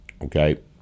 okay